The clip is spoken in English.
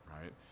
right